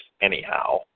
anyhow